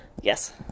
Yes